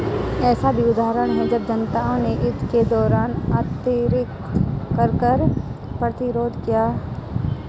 ऐसे भी उदाहरण हैं जब जनता ने युद्ध के दौरान अतिरिक्त कर का प्रतिरोध किया